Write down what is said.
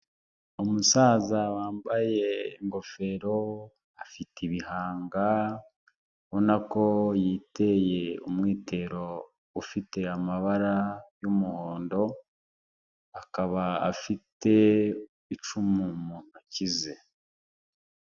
Umusaza wambaye ingofero; afite ibihanga ubonako yiteye umwitero ufite amabara y'umuhondo, akaba afite icumu mu ntoki ze.